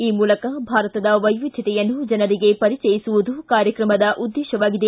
ಈ ಮೂಲಕ ಭಾರತದ ವೈವಿಧ್ವತೆಯನ್ನು ಜನರಿಗೆ ಪರಿಚಯಿಸುವುದು ಕಾರ್ಯಕ್ರಮದ ಉದ್ದೇಶವಾಗಿದೆ